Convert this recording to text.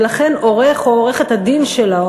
ולכן את עורך-הדין או עורכת-הדין שלו,